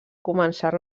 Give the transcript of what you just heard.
començar